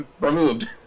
removed